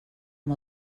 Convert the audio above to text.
amb